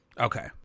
Okay